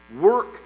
work